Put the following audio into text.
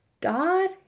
god